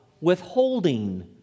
withholding